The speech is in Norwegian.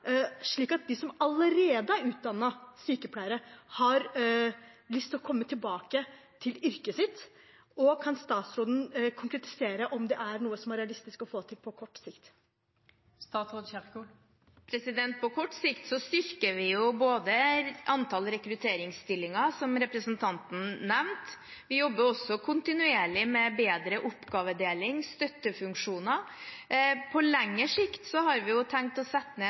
at de som allerede er utdannet sykepleiere, skal ha lyst til å komme tilbake til yrket sitt? Og kan statsråden konkretisere om det er noe som er realistisk å få til på kort sikt? På kort sikt styrker vi antall rekrutteringsstillinger, som representanten nevnte. Vi jobber også kontinuerlig med bedre oppgavedeling, støttefunksjoner. På lengre sikt har vi tenkt å sette ned